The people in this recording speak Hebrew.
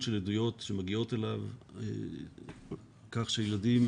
של עדויות שמגיעות אליו על כך שילדים